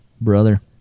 brother